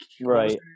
right